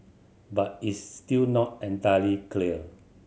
but it's still not entirely clear